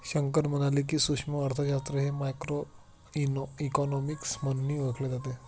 शंकर म्हणाले की, सूक्ष्म अर्थशास्त्र हे मायक्रोइकॉनॉमिक्स म्हणूनही ओळखले जाते